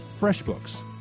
FreshBooks